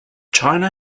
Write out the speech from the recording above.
china